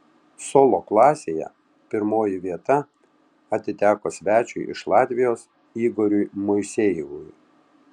solo klasėje pirmoji vieta atiteko svečiui iš latvijos igoriui moisejevui